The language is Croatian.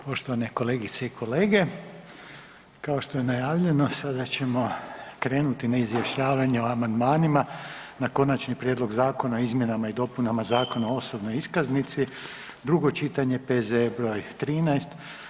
Poštovane kolegice i kolege, kao što je najavljeno sada ćemo krenuti na izjašnjavanje o amandmanima na Konačni prijedlog Zakona o izmjenama i dopunama Zakona o osobnoj iskaznici, drugo čitanje, P.Z.E. broj 13.